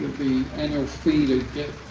the annual fee to get